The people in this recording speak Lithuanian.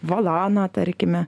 volaną tarkime